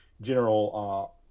general